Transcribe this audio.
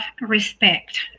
respect